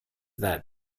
that